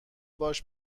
باش